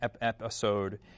episode